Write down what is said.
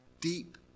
deep